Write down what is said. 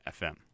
FM